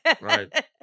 Right